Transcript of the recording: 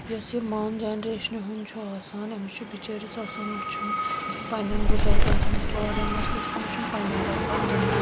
یُس یہِ مان جَنریشنہِ ہُنٛد چھُ آسان أمِس چھُ بِچٲرِس آسان وُچھُن پَنٮ۪ن بُزرگن ہنٛدۍ واریاہ مثلہٕ سونٛچُن پَنٮ۪ن لۄکٹٮ۪ن